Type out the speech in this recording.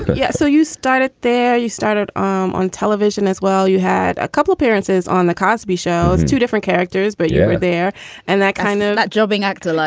yeah. so you started there. you started um on television as well. you had a couple of appearances on the cosby show, two different characters, but you were there and that kind of like jobbing actor. like